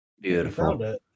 Beautiful